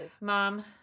mom